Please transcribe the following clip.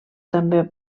també